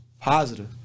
positive